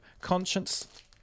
Conscience